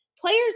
Players